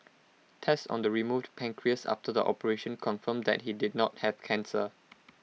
tests on the removed pancreas after the operation confirmed that he did not have cancer